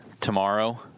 tomorrow